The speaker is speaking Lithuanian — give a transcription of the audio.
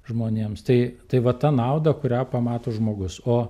žmonėms tai tai va ta nauda kurią pamato žmogus o